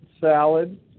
salad